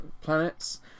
planets